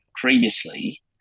previously